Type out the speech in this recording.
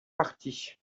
partie